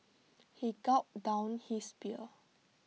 he gulped down his beer